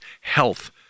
health